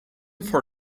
for